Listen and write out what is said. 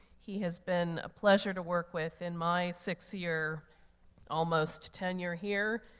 he has been a pleasure to work with in my six-year almost tenure here.